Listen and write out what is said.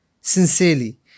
sincerely